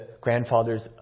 grandfathers